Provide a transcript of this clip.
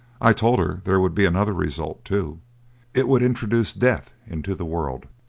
i told her there would be another result, too it would introduce death into the world.